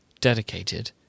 dedicated